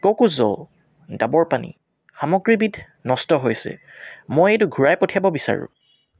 ক'ক'জ ডাবৰ পানী সামগ্ৰীবিধ নষ্ট হৈছে মই এইটো ঘূৰাই পঠিয়াব বিচাৰোঁ